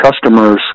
customers